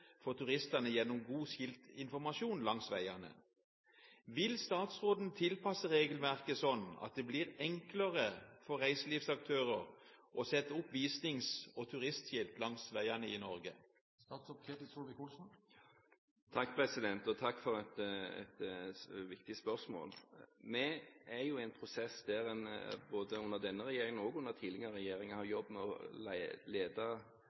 turistene gjennom god skiltinformasjon langs veiene. Vil statsråden tilpasse regelverket slik at det blir enklere for reiselivsaktører å sette opp visnings- og turistskilt langs veiene i Norge?» Takk for et viktig spørsmål. Vi er i en prosess der en under både denne regjeringen og tidligere regjeringer har jobbet med å lede